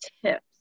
tips